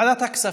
ועדת הכספים.